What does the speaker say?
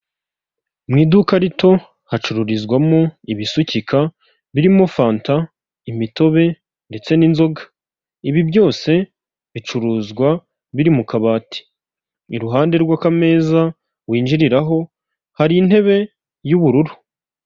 Mu iduka rito hacururizwamo ibisukika birimo fanta, imitobe ndetse n'inzoga, ibi byose bicuruzwa biri mu kabati, iruhande rw'akameza winjiriraho hari intebe y'ubururu.